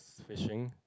fishing